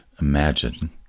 imagine